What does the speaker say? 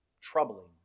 Troubling